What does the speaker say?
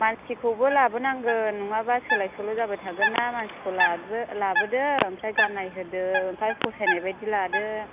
मानसिखौबो लाबोनांगोन नङाबा सोलाय सोल' जाबाय थागोन ना मानसिखौ लाबो लाबोदो ओमफ्राय गान्नाय होदो ओमफ्राय फसायनायबायदि लादो